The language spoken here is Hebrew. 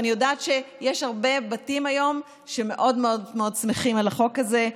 אני יודעת שיש הרבה בתים היום שמאוד מאוד מאוד שמחים על החוק הזה.